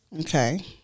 Okay